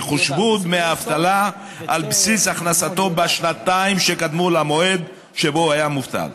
יחושבו דמי האבטלה על בסיס הכנסתו בשנתיים שקדמו למועד שבו היה מובטל,